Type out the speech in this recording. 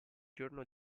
giorno